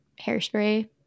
hairspray